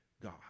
God